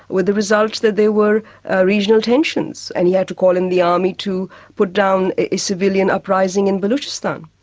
with the result that there were ah regional tensions, and he had to call in the army to put down a civilian uprising in baluchistan.